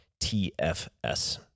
TFS